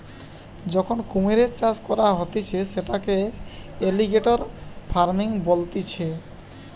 যখন কুমিরের চাষ করা হতিছে সেটাকে এলিগেটের ফার্মিং বলতিছে